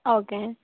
okay